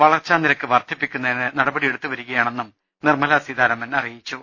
വളർച്ചാനിരക്ക് വർദ്ധിപ്പിക്കുന്നതിന് നടപടി എടു ത്തുവരികയാണെന്നും നിർമല സീതാരാമൻ പറഞ്ഞു